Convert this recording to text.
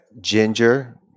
ginger